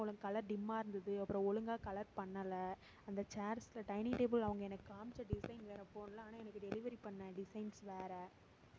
கலரெலாம் ஒழுங்கா கலர் டிம்மாக இருந்தது அப்புறம் ஒழுங்காக கலர் பண்ணலை அந்த சேர்ஸில் டைனிங் டேபிள் அவங்க எனக்கு காமிச்ச டிசைன் வேறு ஃபோில் ஆனால் எனக்கு டெலிவரி பண்ண டிசைன்ஸ் வேறு